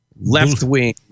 left-wing